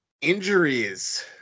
Injuries